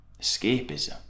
escapism